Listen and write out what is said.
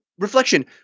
Reflection